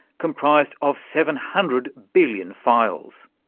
comprised of seven hundred billion files.